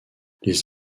les